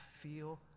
feel